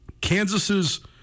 Kansas's